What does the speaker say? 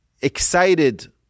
excited